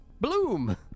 Bloom